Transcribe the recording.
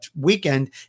weekend